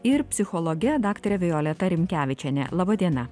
ir psichologe daktare violeta rimkevičiene laba diena